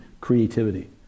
creativity